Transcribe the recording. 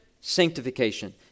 sanctification